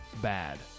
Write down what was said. Bad